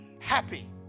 happy